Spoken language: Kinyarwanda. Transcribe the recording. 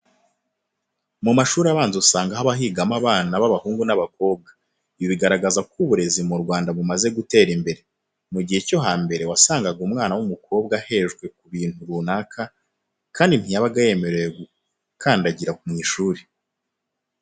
Mu mashuri abanza usanga haba higamo abana b'abahungu n'ab'abakobwa. Ibi bigaragaza ko uburezi mu Rwanda bumaze gutera imbere. Mu gihe cyo hambere wasangaga umwana w'umukobwa ahejwe ku bintu runaka kandi ntiyabaga yemerewe gukandagira mu ishuri.